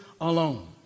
alone